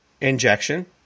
injection